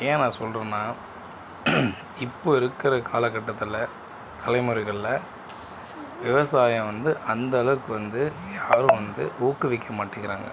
ஏன் நான் சொல்கிறேன்னா இப்போது இருக்கிற காலகட்டத்தில் தலைமுறைகளில் விவசாயம் வந்து அந்த அளவுக்கு வந்து யாரும் வந்து ஊக்குவிக்க மாட்டேங்கிறாங்க